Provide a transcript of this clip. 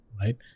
right